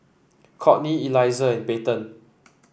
Kourtney Eliezer and Payten